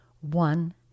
One